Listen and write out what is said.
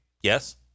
Yes